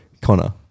Connor